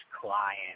client